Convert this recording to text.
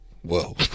Whoa